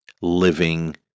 living